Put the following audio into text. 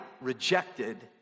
rejected